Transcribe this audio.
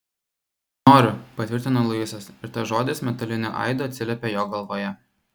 noriu patvirtino luisas ir tas žodis metaliniu aidu atsiliepė jo galvoje